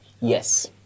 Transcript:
yes